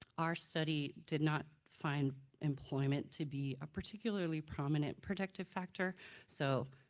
our study did not find employment to be a particularly prominent predictive factor so,